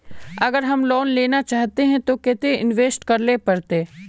अगर हम लोन लेना चाहते तो केते इंवेस्ट करेला पड़ते?